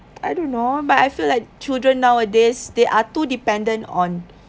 I don't know but I feel like children nowadays they are too dependent on